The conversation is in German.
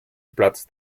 platz